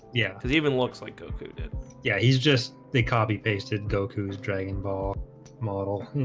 yeah, cuz even looks like goku did yeah, he's just the copy-pasted goku is dragon ball model.